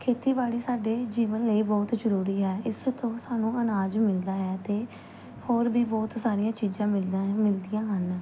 ਖੇਤੀਬਾੜੀ ਸਾਡੇ ਜੀਵਨ ਲਈ ਬਹੁਤ ਜ਼ਰੂਰੀ ਹੈ ਇਸ ਤੋਂ ਸਾਨੂੰ ਅਨਾਜ ਮਿਲਦਾ ਹੈ ਅਤੇ ਹੋਰ ਵੀ ਬਹੁਤ ਸਾਰੀਆਂ ਚੀਜ਼ਾਂ ਮਿਲਦਾ ਹੈ ਮਿਲਦੀਆਂ ਹਨ